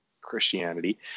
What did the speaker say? Christianity